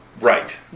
Right